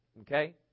Okay